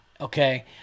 Okay